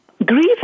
Grief